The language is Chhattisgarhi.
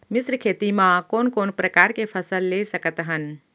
मिश्र खेती मा कोन कोन प्रकार के फसल ले सकत हन?